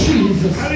Jesus